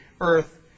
earth